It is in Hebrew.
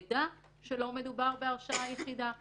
ידע שלא מדובר בהרשעה יחידה.